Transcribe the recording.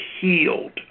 healed